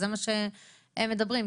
זה מה שהם מדברים.